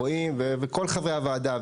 כמו כל חברי הוועדה,